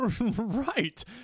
Right